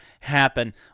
happen